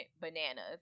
bananas